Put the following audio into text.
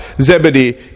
Zebedee